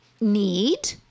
need